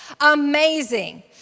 amazing